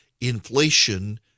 Inflation